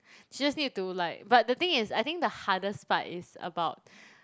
she just need to like but the thing is I think the hardest part is about